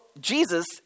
Jesus